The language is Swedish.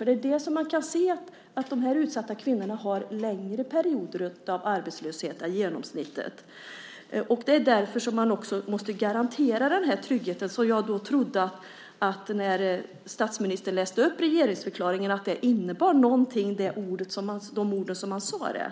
Man kan nämligen se att de utsatta kvinnorna har längre perioder av arbetslöshet än genomsnittet och därför måste man också garantera den här tryggheten. När statsministern läste upp regeringsförklaringen trodde jag att de ord som han sade innebar